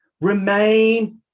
remain